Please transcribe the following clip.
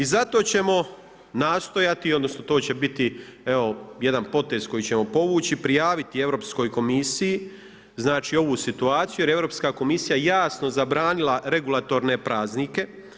I zato ćemo nastojati odnosno to će biti evo jedan potez koji ćemo povući, prijaviti Europskoj komisiji ovu situaciju jer je Europska komisija jasno zabranila regulatorne praznike.